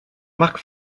marc